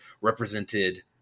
represented